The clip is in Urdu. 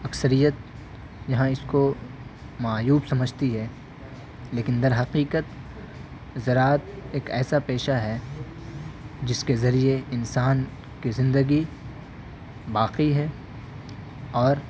اکثریت یہاں اس کو معیوب سمجھتی ہے لیکن درحقیقت زراعت ایک ایسا پیشہ ہے جس کے ذریعے انسان کی زندگی باقی ہے اور